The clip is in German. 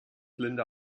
linda